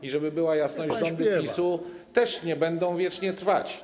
I żeby była jasność: rządy PiS-u też nie będą wiecznie trwać.